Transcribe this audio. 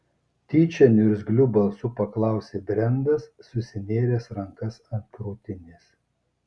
tyčia niurgzliu balsu paklausė brendas susinėręs rankas ant krūtinės